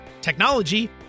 technology